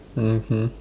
mmhmm